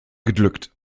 geglückt